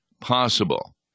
possible